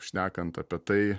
šnekant apie tai